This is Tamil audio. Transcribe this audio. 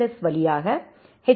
எஸ் வழியாக எச்